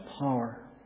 power